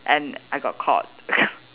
and I got caught